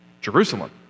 Jerusalem